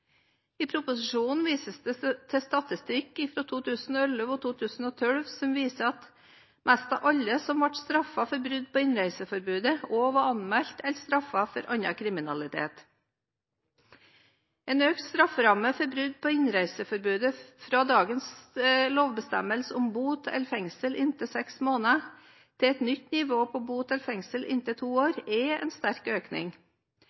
I proposisjonen vises det til statistikk fra 2011 og 2012 som viser at nesten alle som ble straffet for brudd på innreiseforbudet, også var anmeldt eller straffet for annen kriminalitet. En økt strafferamme for brudd på innreiseforbudet fra dagens lovbestemmelse om bot eller fengsel i inntil seks måneder, til et nytt nivå med bot eller fengsel i inntil to år, er en sterk økning.